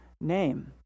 name